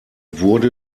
wurde